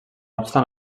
obstant